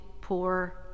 poor